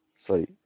sorry